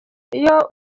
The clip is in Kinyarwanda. iyo